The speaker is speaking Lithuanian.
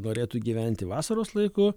norėtų gyventi vasaros laiku